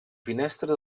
finestra